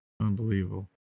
Unbelievable